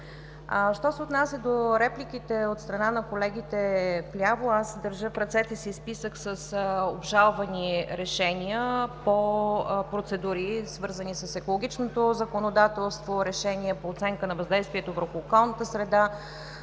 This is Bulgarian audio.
Що се отнася до репликите от страна на колегите вляво, аз държа в ръцете си списък с обжалвани решения по процедури, свързани с екологичното законодателство, решения по оценка на въздействието върху околната среда,